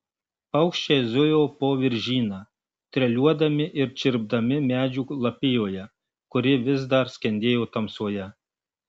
paukščiai zujo po viržyną treliuodami ir čirpdami medžių lapijoje kuri vis dar skendėjo tamsoje